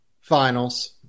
Finals